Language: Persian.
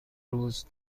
روز